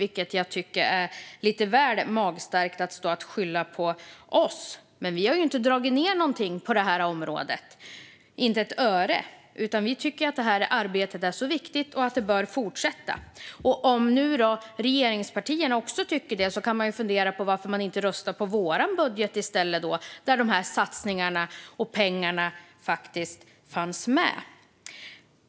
Jag tycker att det är lite väl magstarkt att skylla på oss. Vi har ju inte dragit ned ett öre på det här området. Vi tycker att detta arbete är så viktigt och att det bör fortsätta. Om regeringspartierna också tycker det kan man ju fundera på varför ni inte röstar på vår budget i stället, där de här satsningarna och pengarna faktiskt fanns med.